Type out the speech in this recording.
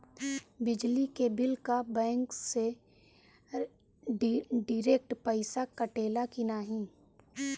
बिजली के बिल का बैंक से डिरेक्ट पइसा कटेला की नाहीं?